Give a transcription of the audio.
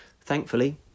Thankfully